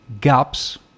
gaps